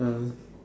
ah